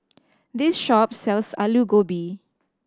this shop sells Alu Gobi